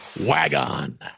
Wagon